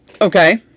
Okay